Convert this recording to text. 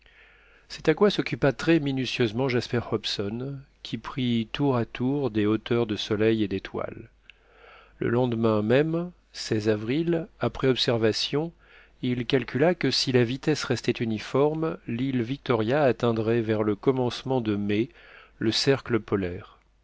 c'est à quoi s'occupa très minutieusement jasper hobson qui prit tour à tour des hauteurs de soleil et d'étoiles le lendemain même avril après observation il calcula que si la vitesse restait uniforme l'île victoria atteindrait vers le commencement de mai le cercle polaire